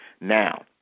Now